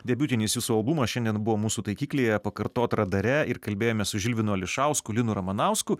debiutinis jūsų albumas šiandien buvo mūsų taikiklyje pakartot radare ir kalbėjome su žilvinu ališausku linu ramanausku